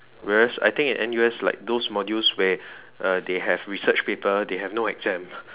whereas in I think N_U_S like those modules where uh they have research paper they have no exam